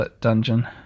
dungeon